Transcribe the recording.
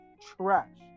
trash